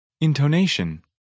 Intonation